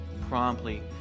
promptly